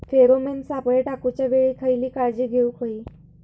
Pheromone सापळे टाकूच्या वेळी खयली काळजी घेवूक व्हयी?